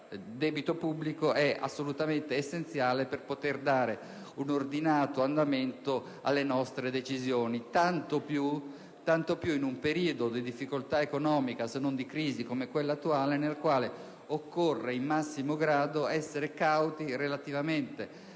debito pubblico è assolutamente essenziale per poter dare un ordinato andamento alle nostre decisioni, tanto più in un periodo di difficoltà economica, se non di crisi, come quello attuale nel quale occorre in massimo grado essere cauti relativamente